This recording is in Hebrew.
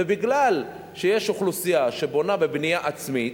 ומכיוון שיש אוכלוסייה שבונה בבנייה עצמית,